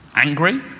Angry